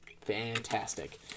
Fantastic